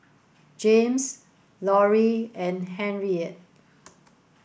Jaymes Lorie and Henriette